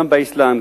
גם באסלאם,